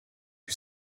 who